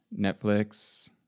Netflix